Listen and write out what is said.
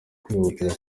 kwihutira